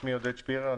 שמי עודד שפירר.